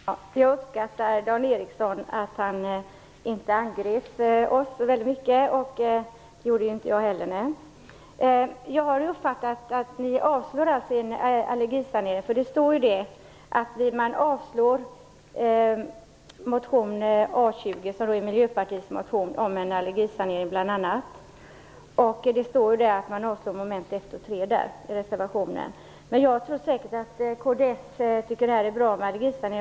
Fru talman! Jag uppskattar att Dan Ericsson inte angrep oss så mycket, och jag angrep ju inte heller kds. Jag har uppfattat att man i reservationen avstyrker vad som sägs om motion A20 - som är Miljöpartiets motion om bl.a. en allergisanering - i moment 1 och 3 i utskottets hemställan. Men jag tror säkert att kds tycker att det är bra med allergisanering.